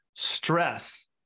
Stress